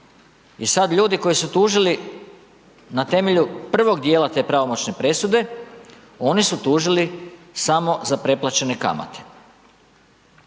i sad ljudi koji su tužili na temelju prvog dijela te pravomoćne presude oni su tužili samo za preplaćene kamate.